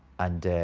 and